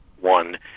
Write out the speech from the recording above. one